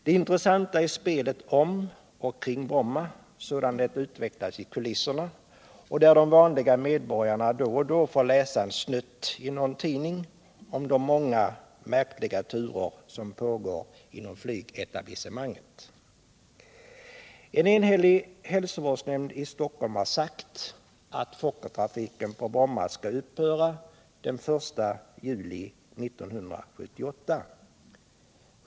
Det intressanta är spelet om och kring Bromma sådant det utvecklas i kulisserna och där de vanliga medborgarna då och då får läsa en snutt i någon tidning om de många märkliga turer som pågår inom flygetablissemanget. En enhällig hälsovårdsnämnd i Stockholm har sagt att Fokkertrafiken på Bromma skall upphöra den 1 juli 1978.